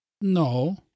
No